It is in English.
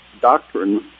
doctrine